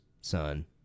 son